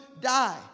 die